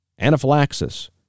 anaphylaxis